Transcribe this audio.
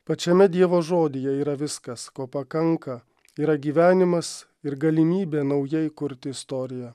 pačiame dievo žodyje yra viskas ko pakanka yra gyvenimas ir galimybė naujai kurt istoriją